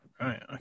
right